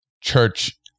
church